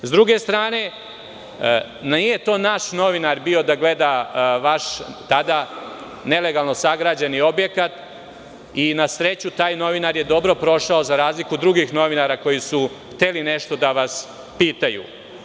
S druge strane, nije to naš novinar bio da gleda vaš, tada nelegalno sagrađen objekat i na sreću taj novinar je dobro prošao za razliku od drugih novinara koji su hteli nešto da vas pitaju.